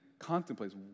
contemplates